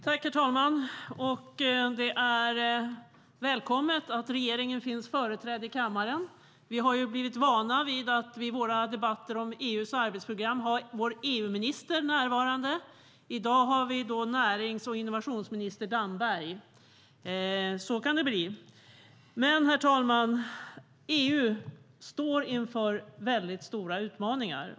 Herr talman! Det är välkommet att regeringen nu är företrädd i kammaren. Vi har ju varit vana vid att ha vår EU-minister närvarande i våra debatter om EU:s arbetsprogram. I dag har vi närings och innovationsminister Damberg här. Så kan det bli. Herr talman!